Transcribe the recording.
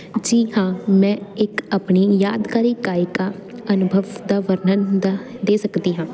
ਜੀ ਹਾਂ ਮੈਂ ਇੱਕ ਆਪਣੀ ਯਾਦਗਾਰੀ ਗਾਇਕਾ ਅਨੁਭਵ ਦਾ ਵਰਣਨ ਦਾ ਦੇ ਸਕਦੀ ਹਾਂ